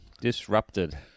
disrupted